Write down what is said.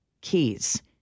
keys